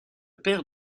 père